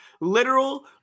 literal